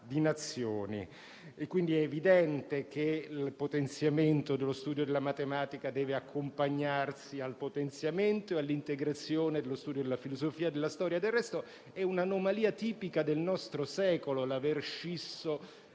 epoca). È evidente che il potenziamento dello studio della matematica deve accompagnarsi al potenziamento e all'integrazione dello studio della filosofia e della storia.